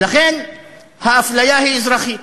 ולכן האפליה היא אזרחית.